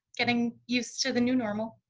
getting used to the new normal.